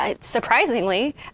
surprisingly